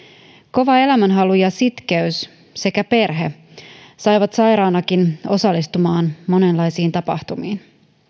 kova elämänhalu ja sitkeys sekä perhe saivat sairaanakin osallistumaan monenlaisiin tapahtumiin